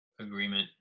agreement